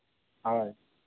ᱦᱳᱭ